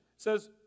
says